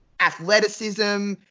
Athleticism